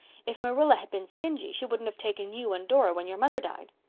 if marilla had been stingy she wouldn't have taken you and dora when your mother died.